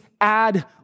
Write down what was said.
add